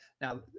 now